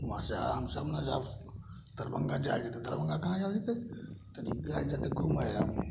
वहाँ से आराम से अपना जाउ दरभङ्गा जाएल जेतै दरभङ्गा कहाँ जाएल जेतै तऽ जाइ जेतै घुमैलए